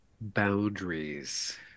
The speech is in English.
boundaries